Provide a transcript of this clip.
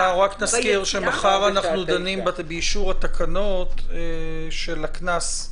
אנחנו רק נזכיר שמחר אנחנו דנים באישור התקנות של הקנס.